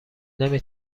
نمی